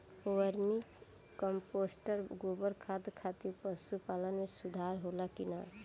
Vermi compost गोबर खाद खातिर पशु पालन में सुधार होला कि न?